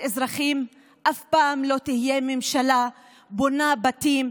אזרחים אף פעם לא תהיה ממשלה בונה בתים,